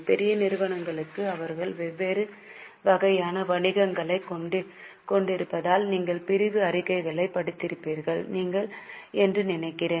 பெரிய நிறுவனங்களுக்கு அவர்கள் வெவ்வேறு வகையான வணிகங்களைக் கொண்டிருப்பதால் நீங்கள் பிரிவு அறிக்கைகளைப் படித்திருப்பீர்கள் என்று நினைக்கிறேன்